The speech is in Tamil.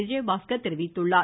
விஜயபாஸ்கர் தெரிவித்துள்ளார்